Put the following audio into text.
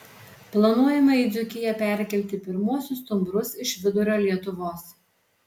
planuojama į dzūkiją perkelti pirmuosius stumbrus iš vidurio lietuvos